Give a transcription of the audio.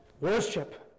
worship